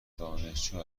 دانشجو